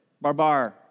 Barbar